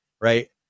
right